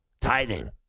tithing